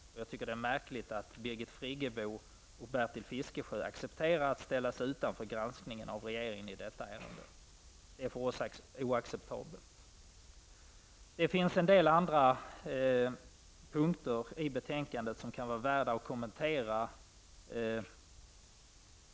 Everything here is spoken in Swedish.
Och jag tycker att det är märkligt att Birgit Friggebo och Bertil Fiskesjö accepterar att ställa sig utanför granskningen av regeringen i detta ärende. Det är för oss oacceptabelt. I betänkandet finns också en del andra punkter, som kan vara värda att kommentera.